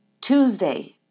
Tuesday